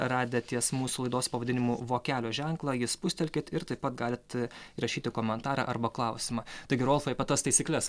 radę ties mūsų laidos pavadinimu vokelio ženklą jį spustelkit ir taip pat galit rašyti komentarą arba klausimą taigi rolfai apie tas taisykles